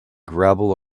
gravel